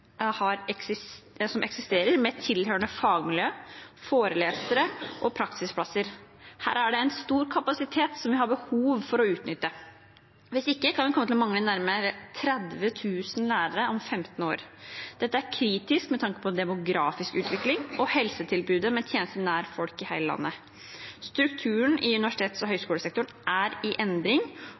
eksisterer, med tilhørende fagmiljø, forelesere og praksisplasser. Her er det en stor kapasitet som vi har behov for å utnytte. Hvis ikke kan vi komme til å mangle nærmere 30 000 lærere om 15 år. Dette er kritisk med tanke på demografisk utvikling og helsetilbudet, med tjenester nær folk i hele landet. Strukturen i universitets- og høyskolesektoren er i endring,